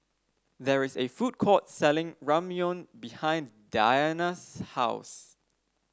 there is a food court selling Ramyeon behind Dania's house